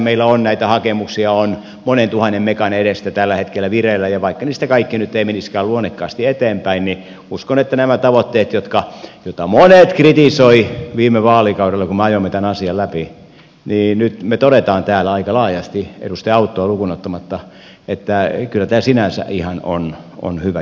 meillä on näitä hakemuksia on monen tuhannen megan edestä tällä hetkellä vireillä ja vaikka niistä kaikki nyt eivät menisikään luonnekkaasti eteenpäin niin uskon että näistä tavoitteista joita monet kritisoivat viime vaalikaudella kun me ajoimme tämän asian läpi me nyt toteamme täällä aika laajasti edustaja auttoa lukuun ottamatta että kyllä tämä sinänsä ihan on hyvä juttu